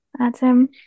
Adam